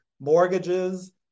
mortgages